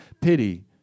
Pity